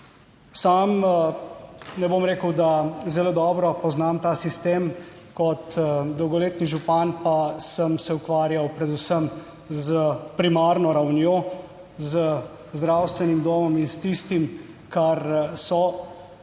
Sam ne bom rekel, da zelo dobro poznam ta sistem, kot dolgoletni župan pa sem se ukvarjal predvsem s primarno ravnjo, z zdravstvenim domom in s tistim, kar so